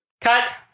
Cut